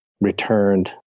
returned